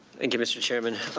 thank you, mr. chairman.